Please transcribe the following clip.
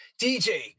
DJ